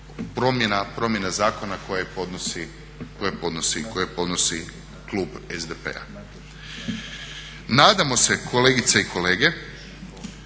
promjena zakona koje podnosi klub SDP-a. Nadamo se kolegice i kolege,